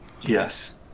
yes